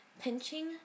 pinching